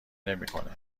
نمیکنه